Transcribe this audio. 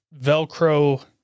Velcro